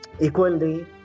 equally